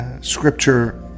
scripture